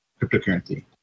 cryptocurrency